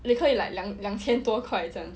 你可以 like 两两千多块这样子